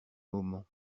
moments